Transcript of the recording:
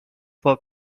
for